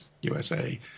USA